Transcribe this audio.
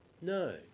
No